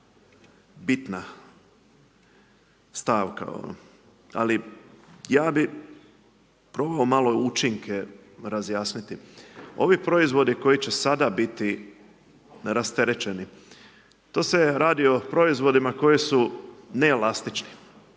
bitna stavka ali ja bi probao malo učinke razjasniti. Ovi proizvodi koji će sada biti rasterećeni, to s radi o proizvodima koji su neelastični.